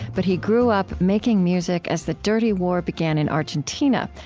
but he grew up making music as the dirty war began in argentina,